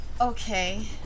Okay